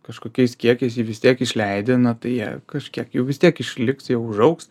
kažkokiais kiekiais jį vis tiek išleidi na tai jie kažkiek jų vis tiek išliks jie užaugs